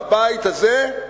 בבית הזה,